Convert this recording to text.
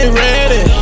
ready